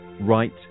right